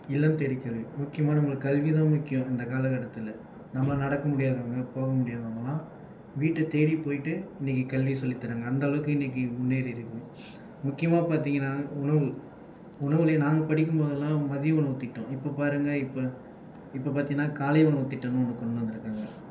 இளம் கல்வி முக்கியமாக கல்வி தான் முக்கியம் இந்த காலகட்டத்தில் நம்ப நடக்க முடியாதவங்க போக முடியாதவங்கள்லாம் வீட்டை தேடி போயிட்டு இன்றைக்கி கல்வி சொல்லி தராங்க அந்த அளவுக்கு இன்றைக்கி முன்னேறி இருக்குது முக்கியமாக பார்த்திங்கன்னா உணவு உணவில் நாங்கள் படிக்கும் பொழுதுல்லாம் மதிய உணவுத் திட்டம் இப்போ பாருங்க இப்போ பார்த்திங்கனா காலை உணவு திட்டம்ன்னு ஒன்று கொண்டு வந்திருங்காங்க